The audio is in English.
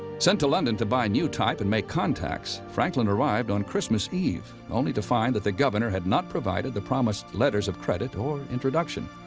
sent to london to buy new type and make contacts, franklin arrived on christmas eve, only to find that the governor had not provided the promised letters of credit or introduction.